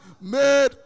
made